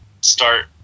start